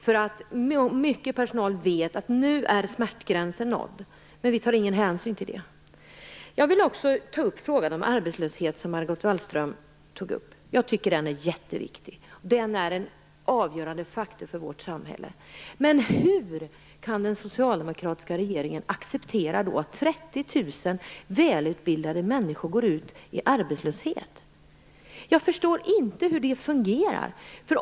Många bland personalen vet att nu är smärtgränsen nådd, men vi tar ingen hänsyn till det. Jag vill också beröra frågan om arbetslösheten, som Margot Wallström tog upp. Den frågan är jätteviktig. Den är en avgörande faktor för vårt samhälle. Men hur kan den socialdemokratiska regeringen acceptera att 30 000 välutbildade människor går ut i arbetslöshet? Jag förstår inte hur det fungerar.